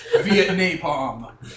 Vietnam